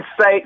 say